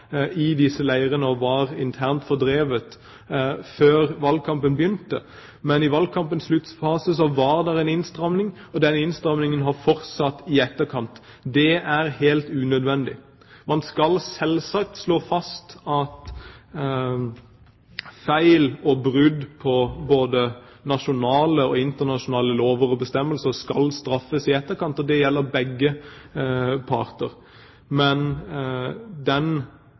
i disse leirene, og som var internt fordrevet før valgkampen begynte. Men i valgkampens sluttfase var det en innstramning, og den innstramningen har fortsatt i etterkant. Det er helt unødvendig. Man skal selvsagt slå fast at feil og brudd på både nasjonale og internasjonale lover og bestemmelser skal straffes i etterkant. Det gjelder begge parter. Men